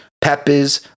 Peppers